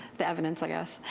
the evidence, i guess.